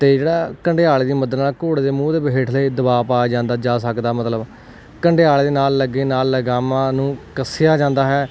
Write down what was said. ਅਤੇ ਜਿਹੜਾ ਕੰਡਿਆਲੇ ਦੀ ਮਦਦ ਨਾਲ ਘੋੜੇ ਦੇ ਮੂੰਹ 'ਤੇ ਹੇਠਲੇ ਦਬਾਅ ਪਾਇਆ ਜਾਂਦਾ ਜਾ ਸਕਦਾ ਮਤਲਬ ਕੰਡਿਆਲੇ ਦੇ ਨਾਲ ਲੱਗੇ ਨਾਲ ਲਗਾਮਾਂ ਨੂੰ ਕੱਸਿਆ ਜਾਂਦਾ ਹੈ